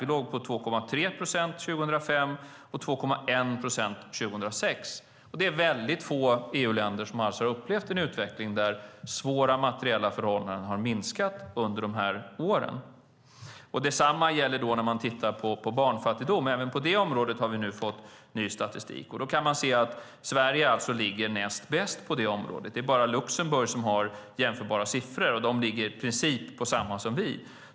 Vi låg på 2,3 procent 2005 och på 2,1 procent 2006. Det är väldigt få EU-länder som har upplevt en utveckling där svåra materiella förhållanden har minskat under de här åren. Detsamma gäller när man tittar på barnfattigdom. Även på det området har vi nu fått ny statistik. Då kan man se att Sverige alltså ligger näst bäst till på det området. Det är bara Luxemburg som har jämförbara siffror, och de ligger i princip på samma nivå som vi.